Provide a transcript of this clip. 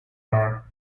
her